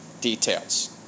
details